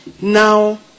now